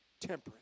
Temperance